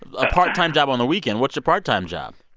a part-time job on the weekend. what's your part-time job?